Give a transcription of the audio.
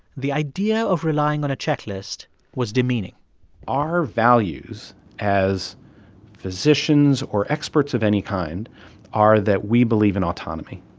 the idea of relying on a checklist was demeaning our values as physicians or experts of any kind are that we believe in autonomy.